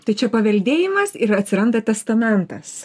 tai čia paveldėjimas ir atsiranda testamentas